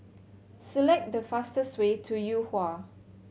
select the fastest way to Yuhua